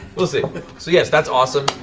we'll see. so yes, that's awesome.